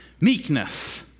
Meekness